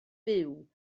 byw